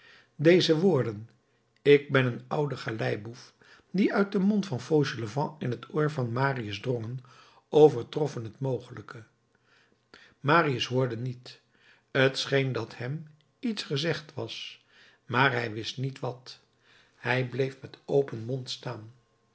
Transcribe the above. deze woorden ik ben een oude galeiboef die uit den mond van fauchelevent in t oor van marius drongen overtroffen het mogelijke marius hoorde niet t scheen dat hem iets gezegd was maar hij wist niet wat hij bleef met open mond staan